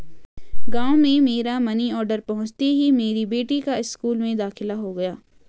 गांव में मेरा मनी ऑर्डर पहुंचते ही मेरी बेटी का स्कूल में दाखिला हो गया